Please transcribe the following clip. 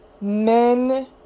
men